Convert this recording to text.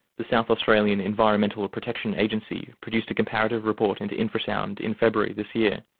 the south australian environmental protection agency produced a comparative report into infrasound in february this year,